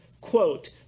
quote